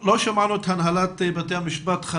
לא שמענו את הנהלת בתי המשפט.